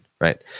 right